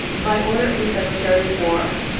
by order of the secretary of war.